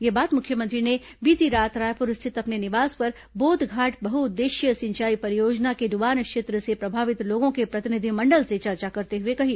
यह बात मुख्यमंत्री ने बीती रात रायपुर स्थित अपने निवास पर बोधघाट बहउद्देशीय सिंचाई परियोजना के डूबान क्षेत्र से प्रभावित लोगों के प्रतिनिधिमंडल से चर्चा करते हुए कही